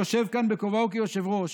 שיושב כאן בכובעו כיושב-ראש,